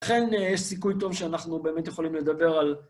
לכן יש סיכוי טוב שאנחנו באמת יכולים לדבר על...